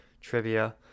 trivia